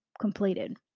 completed